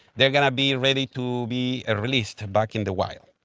they are going to be ready to be ah released back in the wild.